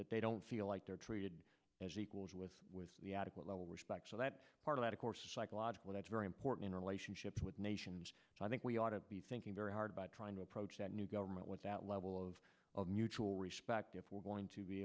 that they don't feel like they're treated as equals with the adequate level respect so that part of that of course is psychological that's very important in a relationship with nations i think we ought to be thinking very hard by trying to approach that new government with that level of of mutual respect if we're going to be